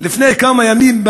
לפני כמה ימים,